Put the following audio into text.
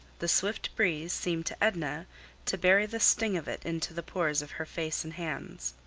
the swift breeze seemed to edna to bury the sting of it into the pores of her face and hands.